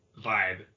vibe